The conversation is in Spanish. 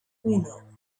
uno